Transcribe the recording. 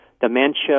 Dementia